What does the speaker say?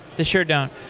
they sure don't.